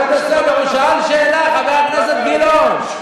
הוא שאל שאלה, חבר הכנסת גילאון.